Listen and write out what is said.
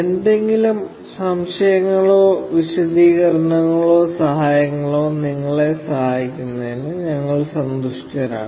എന്തെങ്കിലും സംശയങ്ങളോ വിശദീകരണങ്ങളോ സഹായങ്ങളോ നിങ്ങളെ സഹായിക്കുന്നതിൽ ഞങ്ങൾ സന്തുഷ്ടരാണ്